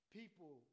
people